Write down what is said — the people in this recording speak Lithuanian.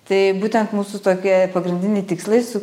tai būtent mūsų tokie pagrindiniai tikslai su